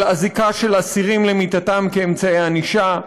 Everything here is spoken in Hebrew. על אזיקה של אסירים למיטתם כאמצעי ענישה,